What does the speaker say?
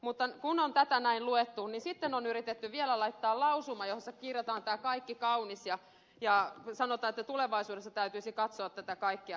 mutta kun on tätä näin luettu niin sitten on yritetty vielä laittaa lausuma jossa kirjataan tämä kaikki kaunis ja sanotaan että tulevaisuudessa täytyisi katsoa tätä kaikkea hyvää